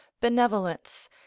Benevolence